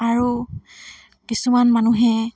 আৰু কিছুমান মানুহে